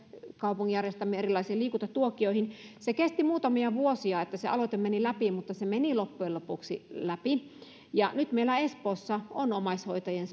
kaupungin järjestämiin erilaisiin liikuntatuokioihin se kesti muutamia vuosia että se aloite meni läpi mutta se meni loppujen lopuksi läpi nyt meillä espoossa on omaishoitajien